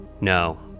No